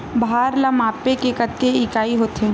भार ला मापे के कतेक इकाई होथे?